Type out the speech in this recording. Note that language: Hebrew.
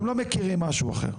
אתם לא מכירים משהו אחר.